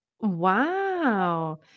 Wow